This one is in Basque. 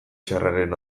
txarraren